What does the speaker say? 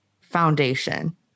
foundation